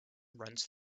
runs